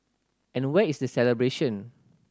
and where is the celebration